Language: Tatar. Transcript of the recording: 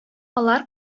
алар